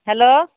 hello